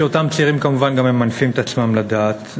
שאותם צעירים כמובן גם ממנפים את עצמם לדעת.